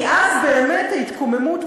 כי אז באמת ההתקוממות,